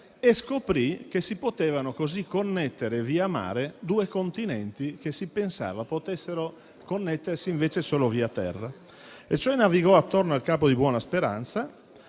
e scoprì che si potevano così connettere via mare due Continenti che si pensava potessero connettersi invece solo via terra. Cioè navigò attorno al Capo di Buona Speranza